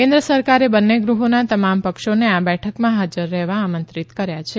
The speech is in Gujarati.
કેન્દ્ર સરકારે બંને ગૃહોના તમામ પક્ષોને આ બેઠકમાં હાજર રહેવા આમંત્રિત કર્યા છે